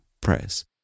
press